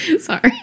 Sorry